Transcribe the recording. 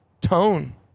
tone